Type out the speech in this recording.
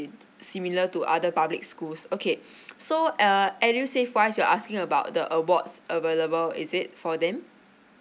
similar to other public schools okay so uh edusave wise you're asking about the awards available is it for them